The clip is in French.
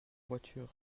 voiture